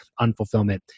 unfulfillment